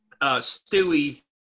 Stewie